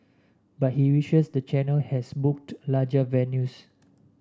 but he wishes the channel has booked larger venues